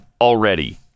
already